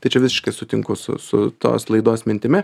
tai čia visiškai sutinku su su tos laidos mintimi